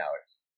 hours